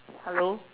hello